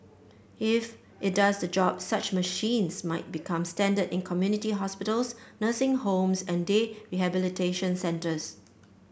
if it does the job such machines might become standard in community hospitals nursing homes and day rehabilitation centres